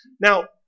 now